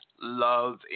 Love